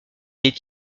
est